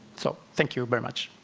so thank you very much.